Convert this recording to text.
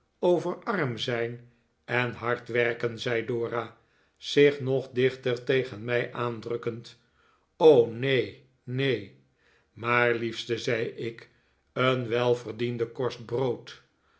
over arm zijn en hard werken zei dora zich nog dichter tegen mij aan drukkend neen neen maar liefste zei ik een welverdiende korst brood